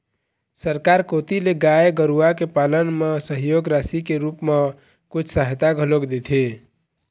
सरकार कोती ले गाय गरुवा के पालन म सहयोग राशि के रुप म कुछ सहायता घलोक देथे